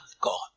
God